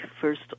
first